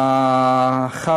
1